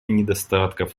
недостатков